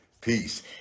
Peace